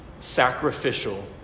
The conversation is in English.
sacrificial